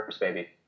baby